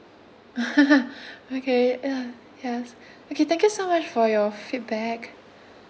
okay ya yes okay thank you so much for your feedback